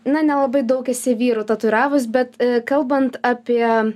na nelabai daug esi vyrų tatuiravus bet kalbant apie